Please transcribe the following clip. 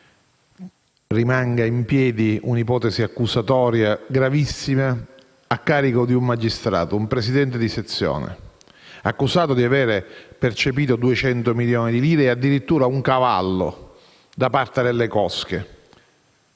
rimanga in piedi un'ipotesi accusatoria gravissima a carico di un magistrato, un presidente di sezione, accusato di avere percepito 200 milioni di lire e addirittura un cavallo da parte delle cosche